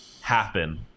happen